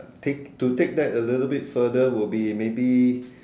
take to take that a little bit further would be maybe